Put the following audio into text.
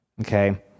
Okay